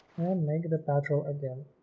make the patrol again